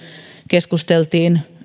keskusteltiin